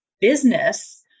business